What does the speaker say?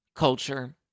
Culture